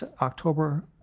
October